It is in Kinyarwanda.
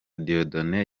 dieudonne